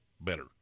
better